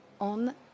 on